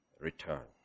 Return